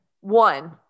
One